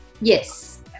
Yes